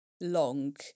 long